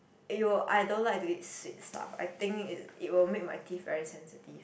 (aiyo) I don't like to eat sweet stuff I think it it will make my teeth very sensitive